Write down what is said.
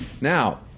Now